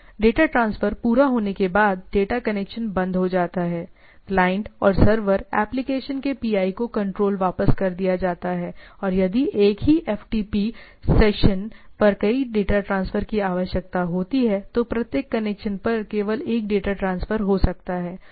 data transfer पूरा होने के बाद डेटा कनेक्शन बंद हो जाता है क्लाइंट और सर्वर एप्लिकेशन के पीआई को कंट्रोल वापस कर दिया जाता है और यदि एक ही एफटीपी सेशन पर कई डेटा ट्रांसफ़र की आवश्यकता होती है तो प्रत्येक कनेक्शन पर केवल एक डेटा ट्रांसफर हो सकता है